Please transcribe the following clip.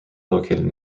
located